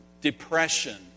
depression